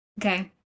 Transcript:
Okay